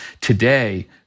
today